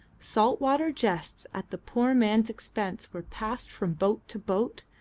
salt-water jests at the poor man's expense were passed from boat to boat,